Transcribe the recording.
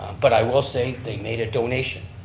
but i will say, they made a donation.